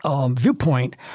Viewpoint